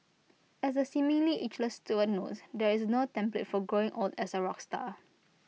as the seemingly ageless Stewart notes there is no template for growing old as A rock star